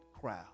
crowd